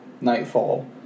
nightfall